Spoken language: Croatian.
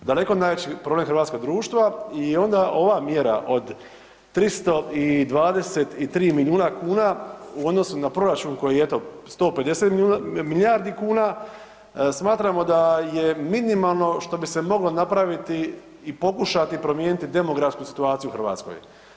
Daleko najveći problem hrvatskog društva i onda ova mjera od 323 milijuna kuna u odnosu na proračun koji je eto 150 milijuna, milijardi kuna, smatramo da je minimalno što bi se moglo napraviti i pokušati promijeniti demografsku situaciju u Hrvatskoj.